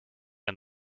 and